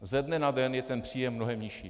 Ze dne na den je ten příjem mnohem nižší.